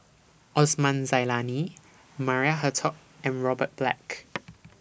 Osman Zailani Maria Hertogh and Robert Black